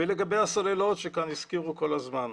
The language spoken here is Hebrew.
לגבי הסוללות שכאן הזכירו כל הזמן.